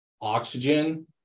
oxygen